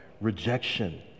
rejection